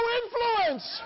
influence